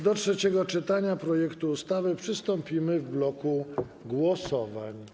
Do trzeciego czytania projektu ustawy przystąpimy w bloku głosowań.